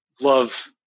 love